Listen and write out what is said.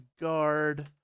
guard